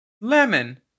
Lemon